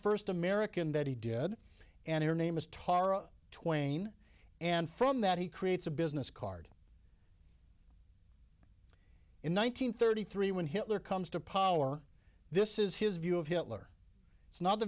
first american that he did and her name is tara twain and from that he creates a business card in one nine hundred thirty three when hitler comes to power this is his view of hitler it's not the